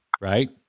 right